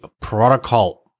protocol